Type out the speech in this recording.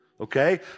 Okay